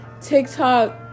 TikTok